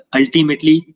ultimately